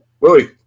Willie